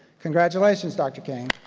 congratulations dr. kang.